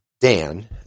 Dan